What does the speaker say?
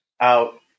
out